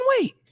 wait